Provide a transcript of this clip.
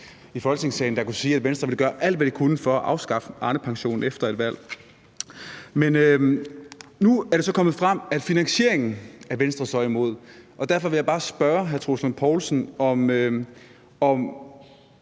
i Folketingssalen, der kunne sige, at Venstre ville gøre alt, hvad de kunne, for at afskaffe Arnepensionen efter et valg. Men nu er det så kommet frem, at Venstre er imod finansieringen. Og derfor vil jeg bare spørge hr. Troels Lund Poulsen, om